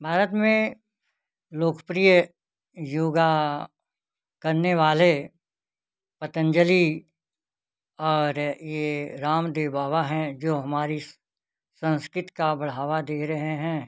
भारत में लोकप्रिय योग करने वाले पतंजली और ये रामदेव बाबा हैं जो हमारी स संस्कृत का बढ़ावा दे रहे हैं